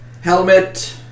Helmet